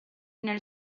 nel